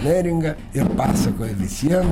neringą ir pasakoju visiem